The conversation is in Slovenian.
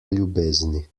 ljubezni